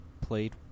played